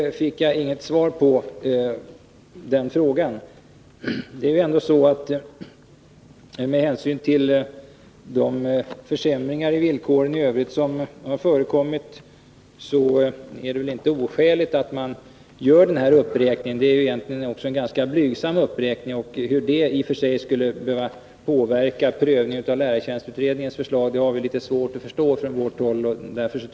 På den frågan fick jag inget svar. Med hänsyn till de försämringar i villkoren i övrigt som har förekommit, så är det väl ändå inte oskäligt att göra den här uppräkningen, som egentligen är ganska blygsam. Hur det skulle behöva påverka prövningen av lärartjänstutredningens förslag har vi från socialdemokratiskt håll litet svårt att förstå.